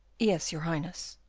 yes, your highness.